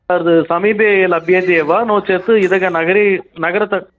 तद् समीपे लभ्यते वा नो चेत् इदग नगरे नगरतः